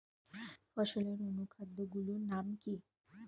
ফসলের অনুখাদ্য গুলির নাম কি?